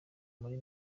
kuri